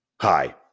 Hi